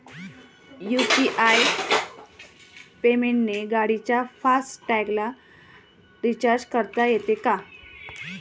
UPI पेमेंटने गाडीच्या फास्ट टॅगला रिर्चाज करता येते का?